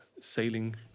sailing